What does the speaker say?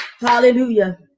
Hallelujah